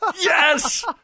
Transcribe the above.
Yes